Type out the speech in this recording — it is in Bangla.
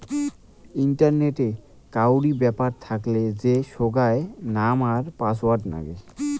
ইন্টারনেটে কাউরি ব্যাপার থাকলে যে সোগায় নাম আর পাসওয়ার্ড নাগে